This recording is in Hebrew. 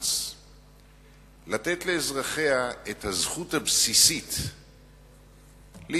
מאמץ לתת לאזרחיה את הזכות הבסיסית להתפרנס.